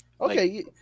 okay